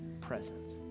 presence